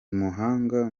umuhanga